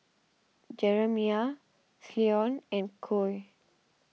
Jeremiah Cleone and Coy